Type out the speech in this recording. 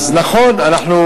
נכון, אנחנו